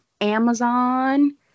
amazon